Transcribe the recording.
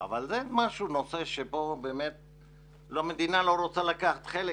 אבל זה נושא המדינה לא רוצה לקחת חלק,